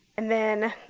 and then